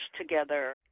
together